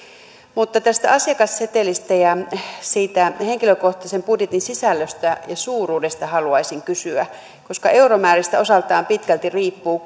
mutta tästä asiakassetelistä ja siitä henkilökohtaisen budjetin sisällöstä ja suuruudesta haluaisin kysyä koska euromääristä osaltaan pitkälti riippuu